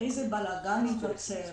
איזה בלגאן ייווצר.